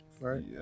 right